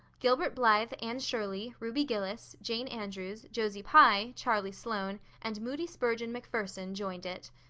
gilbert blythe, anne shirley, ruby gillis, jane andrews, josie pye, charlie sloane, and moody spurgeon macpherson joined it.